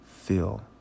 feel